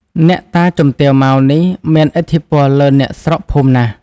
អ្នកតាជំទាវ ម៉ៅ នេះ មានឥទ្ធិពលលើអ្នកស្រុកភូមិណាស់ ។